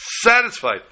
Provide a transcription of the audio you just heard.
satisfied